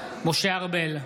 בעד משה ארבל,